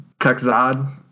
Kakzad